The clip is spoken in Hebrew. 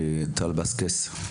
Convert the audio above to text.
טל בסקס,